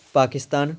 Pakistan